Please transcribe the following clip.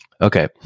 Okay